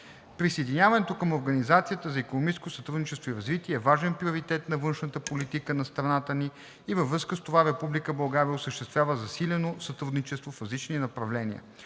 Присъединяването към Организацията за икономическо сътрудничество и развитие е важен приоритет на външната политика на страната ни и във връзка с това Република България осъществява засилено сътрудничество в различни направления,